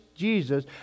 Jesus